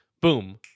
boom